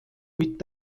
mit